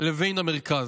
לבין המרכז: